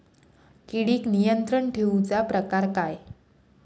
किडिक नियंत्रण ठेवुचा प्रकार काय?